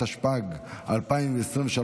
התשפ"ג 2023,